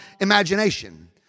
imagination